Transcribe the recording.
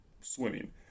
swimming